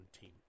team